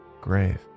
grave